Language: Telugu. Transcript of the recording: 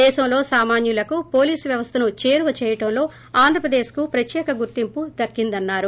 దేశంలో సామాన్యులకు పోలీస్ వ్యవస్థ చేరువ చేయటంలో ఆంధ్రప్రదేశ్ కు ప్రత్యేక గుర్తింపు దక్కిందన్నారు